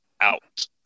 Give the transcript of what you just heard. out